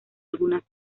algunas